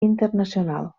internacional